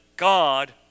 God